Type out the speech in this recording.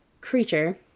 creature